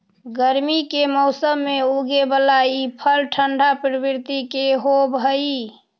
गर्मी के मौसम में उगे बला ई फल ठंढा प्रवृत्ति के होब हई